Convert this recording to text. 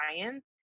science